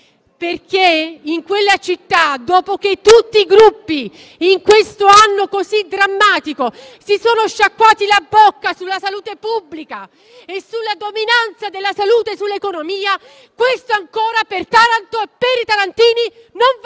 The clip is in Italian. perché, dopo che tutti i Gruppi, in questo anno così drammatico, si sono sciacquati la bocca sulla salute pubblica e sulla dominanza della salute sull'economia, questo ancora non vale per Taranto e per i tarantini, i